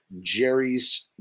Jerry's